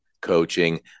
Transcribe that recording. coaching